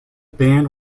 band